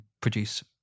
produce